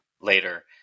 later